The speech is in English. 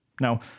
Now